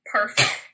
perfect